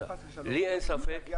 אבל אם חס ושלום, נגיע לזה